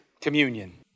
communion